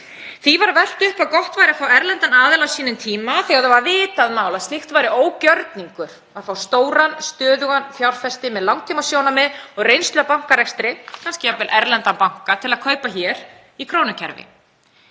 Því var velt upp að gott væri að fá erlendan aðila á sínum tíma þegar það var vitað mál að slíkt væri ógjörningur, að fá stóran stöðugan fjárfesti með langtímasjónarmið og reynslu af bankarekstri, kannski jafnvel erlendan banka, til að kaupa hér í krónukerfi.